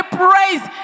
praise